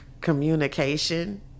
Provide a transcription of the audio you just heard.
communication